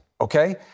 Okay